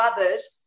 others